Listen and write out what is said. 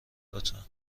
لطفا